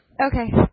Okay